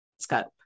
scope